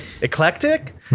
eclectic